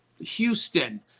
Houston